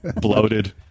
Bloated